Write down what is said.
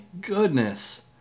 goodness